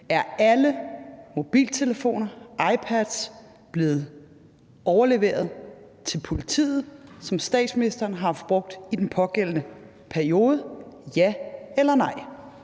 Er alle mobiltelefoner og iPads blevet overleveret til politiet, som statsministeren har haft brugt i den pågældende periode – ja eller nej?